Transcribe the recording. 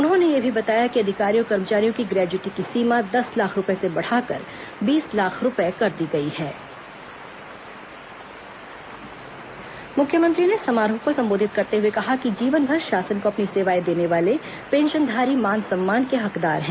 उन्होंने यह भी बताया कि अधिकारियों कर्मचारियों की ग्रेच्यूटी की सीमा दस लाख रूपए से बढ़ाकर बीस लाख रूपए कर दी गई है मुख्यमंत्री ने समारोह को सम्बोधित करते हुए कहा कि जीवन भर शासन को अपनी सेवाएं देने वाले पेंशनधारी मान सम्मान के हकदार हैं